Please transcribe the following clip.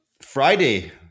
Friday